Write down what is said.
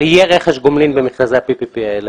אבל יהיה רכש גומלין במכרזי ה-PPP האלה.